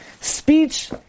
Speech